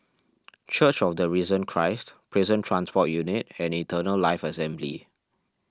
Church of the Risen Christ Prison Transport Unit and Eternal Life Assembly